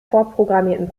vorprogrammierten